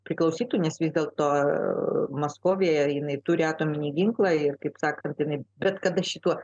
priklausytų nes vis dėlto maskovėje jinai turi atominį ginklą ir kaip sakant jinai bet kada šitų